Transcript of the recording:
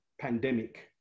pandemic